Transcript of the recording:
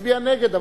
תצביע נגד,